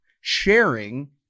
sharing